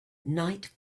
night